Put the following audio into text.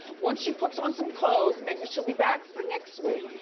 once she puts on some clothes, maybe she'll be back for next week.